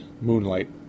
moonlight